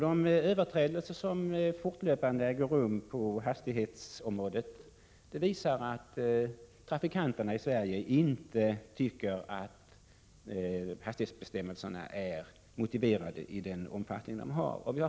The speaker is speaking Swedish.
De överträdelser som fortlöpande äger rum på hastighetsområdet visar att trafikanterna i Sverige inte tycker att hastighetsbestämmelserna är motiverade i den omfattning de nu har.